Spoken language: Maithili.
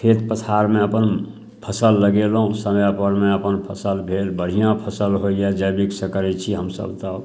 खेत पथारमे अपन फसिल लगेलहुँ समयपरमे अपन फसिल भेल बढ़िआँ फसिल होइए जैविकसँ करै छी हमसभ तब